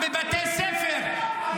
ב-7 באוקטובר, מי היה שם?